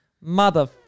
mother